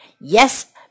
Yes